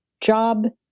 job